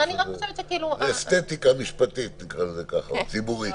זה אסתטיקה משפטית, נקרא לזה כך, אסתטיקה ציבורית.